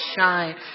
shine